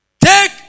Take